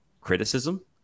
criticism